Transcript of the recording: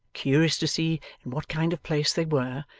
curious to see in what kind of place they were,